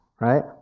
Right